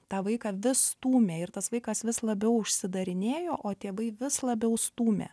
tą vaiką vis stūmė ir tas vaikas vis labiau užsidarinėjo o tėvai vis labiau stūmė